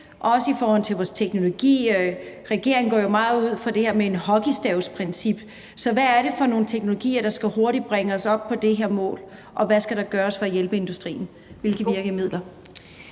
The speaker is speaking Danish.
og i forhold til vores teknologi kunne der være? Regeringen arbejder jo meget ud fra det her hockeystavsprincip, så hvad er det for nogle teknologier, der hurtigt skal bringe os op på det her mål, hvad skal der gøres for at hjælpe industrien og med hvilke virkemidler?